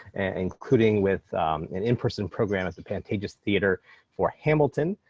including with an in person program as the pantages theatre for hamilton,